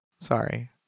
Sorry